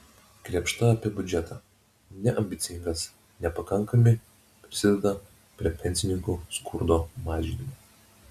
krėpšta apie biudžetą neambicingas nepakankami prisideda prie pensininkų skurdo mažinimo